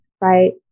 right